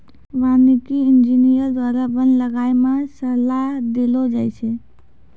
वानिकी इंजीनियर द्वारा वन लगाय मे सलाह देलो जाय छै